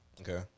Okay